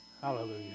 hallelujah